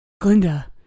Glinda